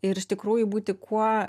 ir iš tikrųjų būti kuo